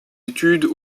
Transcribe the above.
études